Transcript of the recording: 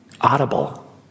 Audible